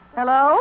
Hello